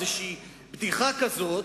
בדיחה כזאת.